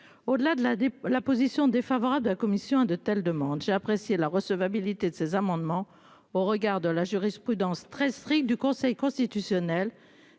de la de la position défavorable de la commission de telles demandes. J'ai apprécié la recevabilité de ces amendements au regard de la jurisprudence très strict du Conseil constitutionnel